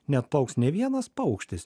neatplauks nė vienas paukštis